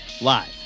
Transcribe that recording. live